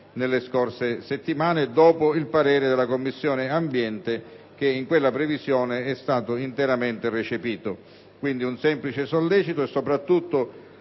nelle scorse settimane dopo il parere della Commissione ambiente, che in quella previsione è stato interamente recepito. Si tratta quindi di un semplice sollecito al Governo